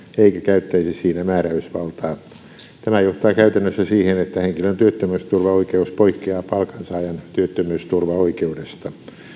eikä käyttäisi siinä määräysvaltaa tämä johtaa käytännössä siihen että henkilön työttömyysturvaoikeus poikkeaa palkansaajan työttömyysturvaoikeudesta